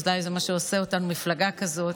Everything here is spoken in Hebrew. אולי זה מה שעושה אותנו מפלגה כזאת,